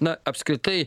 na apskritai